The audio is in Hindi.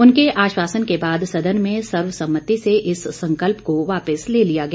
उनके आश्वासन के बाद सदन में सर्वसम्मति से इस संकल्प को वापस ले लिया गया